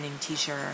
t-shirt